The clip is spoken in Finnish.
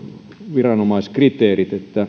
viranomaiskriteerit